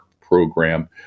program